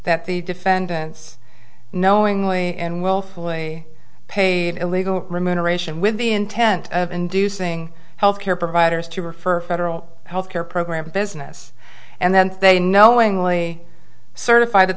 that the defendants knowingly and willfully paid a legal remuneration with the intent of inducing health care providers to refer federal health care program business and then they knowingly certify that